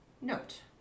Note